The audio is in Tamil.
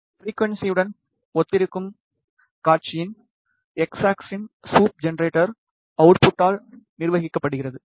ஃபிரிக்குவன்ஸியுடன் ஒத்திருக்கும் காட்சியின் எக்ஸ் ஆக்ஸிஸ் ஸ்வீப் ஜெனரேட்டர் ஓவுட்புட்டால் நிர்வகிக்கப்படுகிறது